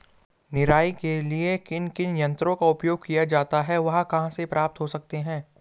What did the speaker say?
निराई के लिए किन किन यंत्रों का उपयोग किया जाता है वह कहाँ प्राप्त हो सकते हैं?